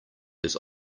his